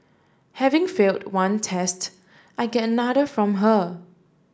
having failed one test I get another from her